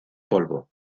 polvo